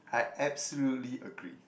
I absolutely agree